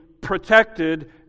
protected